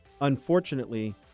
unfortunately